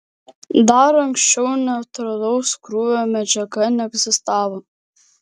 dar anksčiau neutralaus krūvio medžiaga neegzistavo